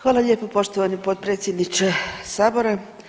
Hvala lijepo poštovani potpredsjedniče sabora.